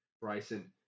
Bryson